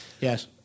Yes